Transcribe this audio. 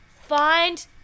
find